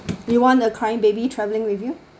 you want a crying baby travelling with you